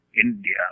India